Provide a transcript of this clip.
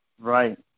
Right